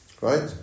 Right